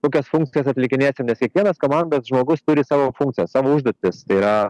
kokias funkcijas atlikinėsim nes kiekvienas komandos žmogus turi savo funkciją savo užduotis tai yra